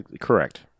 correct